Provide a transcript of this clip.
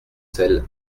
celle